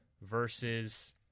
versus